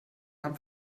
haben